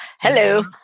Hello